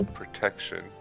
protection